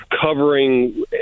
covering